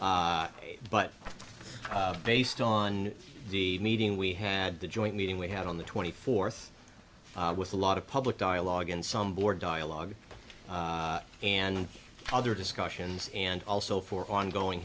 but based on the meeting we had the joint meeting we had on the twenty fourth with a lot of public dialogue and some board dialogue and other discussions and also for ongoing